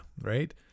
right